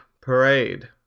Parade